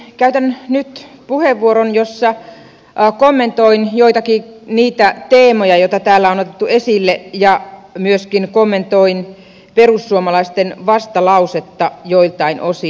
käytän nyt puheenvuoron jossa kommentoin joitakin niitä teemoja joita täällä on otettu esille ja myöskin kommentoin perussuomalaisten vastalausetta joiltain osin